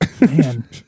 Man